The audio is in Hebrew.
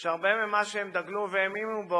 שהרבה ממה שהם דגלו והאמינו בו